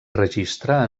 registra